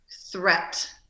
threat